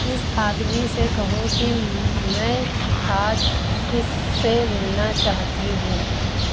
اس آدمی سے کہو کہ میں آج اس سے ملنا چاہتی ہوں